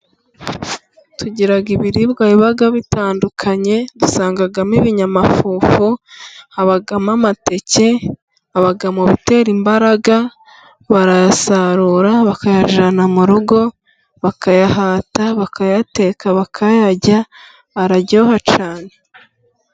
Tugira ibiribwa biba bitandukanye. Dusangamo ibinyamafufu, habamo amateke. Aba mu bitera imbaraga. Barayasarura bakayajyana mu rugo, bakayahata, bakayateka, bakayarya. Araryoha cyane.